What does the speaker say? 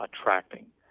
attracting